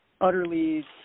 utterly